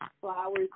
flowers